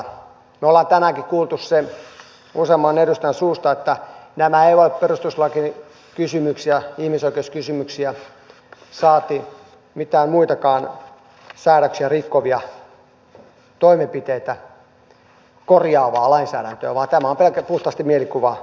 me olemme tänäänkin kuulleet sen useamman edustajan suusta että nämä eivät ole perustuslakikysymyksiä ihmisoikeuskysymyksiä saati mitään muitakaan säädöksiä rikkovia toimenpiteitä korjaavaa lainsäädäntöä vaan tämä on pelkkä puhtaasti mielikuvakysymys